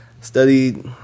studied